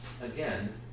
again